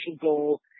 goal